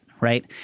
right